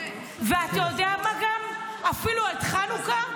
ואתה יודע מה, אפילו את חנוכה,